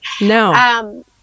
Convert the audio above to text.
No